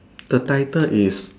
the title is